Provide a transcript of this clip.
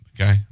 Okay